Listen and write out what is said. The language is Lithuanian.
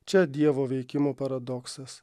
čia dievo veikimo paradoksas